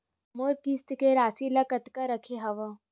मोर किस्त के राशि ल कतका रखे हाव?